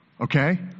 Okay